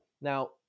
Now